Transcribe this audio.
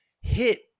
hit